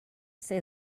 say